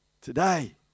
Today